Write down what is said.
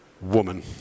woman